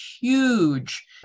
huge